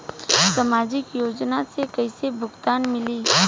सामाजिक योजना से कइसे भुगतान मिली?